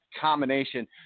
combination